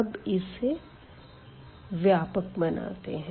अब इसे व्यापक बनाते है